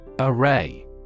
Array